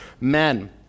men